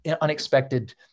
unexpected